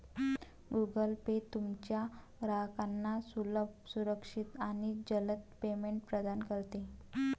Google Pay तुमच्या ग्राहकांना सुलभ, सुरक्षित आणि जलद पेमेंट प्रदान करते